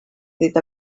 dit